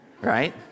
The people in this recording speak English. right